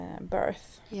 birth